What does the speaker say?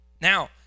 Now